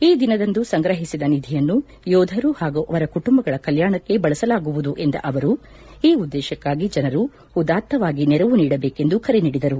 ಈ ದಿನದಂದು ಸಂಗ್ರಹಿಸಿದ ನಿಧಿಯನ್ನು ಯೋಧರು ಹಾಗೂ ಅವರ ಕುಟುಂಬಗಳ ಕಲ್ಯಾಣಕ್ಕೆ ಬಳಸಲಾಗುವುದು ಎಂದ ಅವರು ಈ ಉದ್ದೇಶಕ್ಕಾಗಿ ಜನರು ಉದಾತ್ತವಾಗಿ ನೆರವು ನೀಡಬೇಕೆಂದು ಕರೆ ನೀಡಿದರು